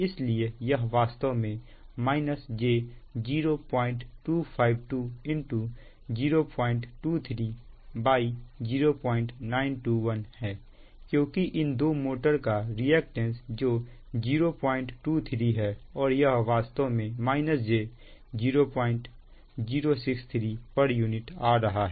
इसलिए यह वास्तव में j0252 0230921है क्योंकि इन दो मोटर का रिएक्टेंस जो 023 है और यह वास्तव में j0063 pu आ रहा है